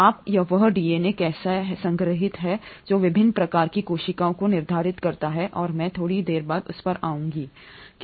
अब वह डीएनए कैसा है संग्रहीत है जो विभिन्न प्रकार की कोशिकाओं को निर्धारित करता है और मैं थोड़ी देर बाद उस पर आऊंगा